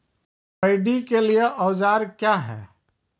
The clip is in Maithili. पैडी के लिए औजार क्या हैं?